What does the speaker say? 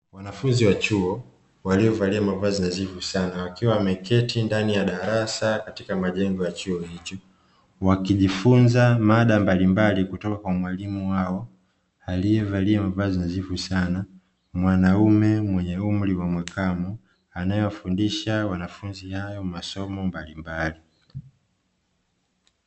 Wanafunzi wa chuo waliovalia mavazi nadhifu sana, wakiwa wameketi ndani ya darasa katika majengo ya chuo hicho wanajifunza mada mbalimbali kutoka kwa mwalimu wao aliyevalia mavazi nadhifu sana, mwanaume wa umri wa makamo anayewafundisha wanafunzi hao masomo mbalimbali.